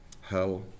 hell